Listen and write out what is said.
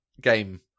game